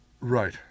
right